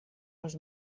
les